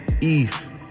Eve